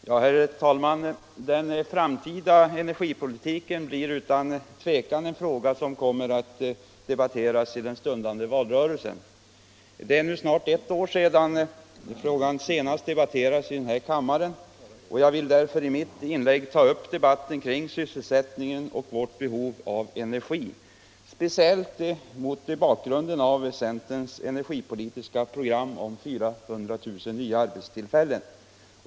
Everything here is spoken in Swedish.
Herr talman! Den framtida energipolitiken blir utan tvivel en fråga som kommer att debatteras i den stundande valrörelsen. Det är nu snart ett år sedan frågan senast debatterades i den här kammaren. Jag vill därför i mitt inlägg ta upp debatten kring sysselsättningen och vårt behov av energi — speciellt mot bakgrunden av centerns energipolitiska program om 400 000 nya arbetstillfällen.